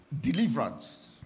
deliverance